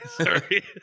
Sorry